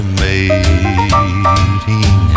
mating